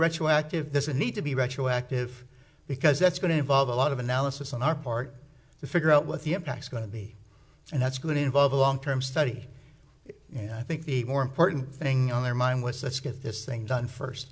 retroactive this need to be retroactive because that's going to involve a lot of analysis on our part to figure out what the impacts going to be and that's going to involve a long term study and i think the more important thing on their mind was this get this thing done first